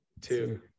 two